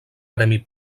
premi